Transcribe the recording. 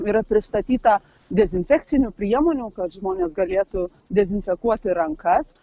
yra pristatyta dezinfekcinių priemonių kad žmonės galėtų dezinfekuoti rankas